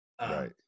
Right